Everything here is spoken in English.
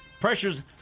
Pressures